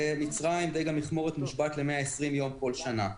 במצרים דיג המכמורת מושבת ל-120 יום כל שנה.